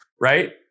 right